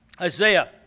Isaiah